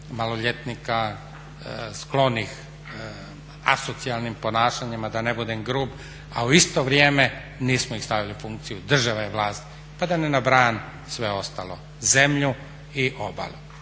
maloljetnika sklonih asocijalnim ponašanjima, da ne budem grub, a u isto vrijeme nismo stavili u funkciji država … pa da ne nabrajam sve ostalo, zemlju i obalu.